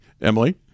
Emily